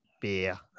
beer